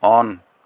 on